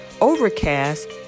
Overcast